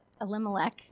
Elimelech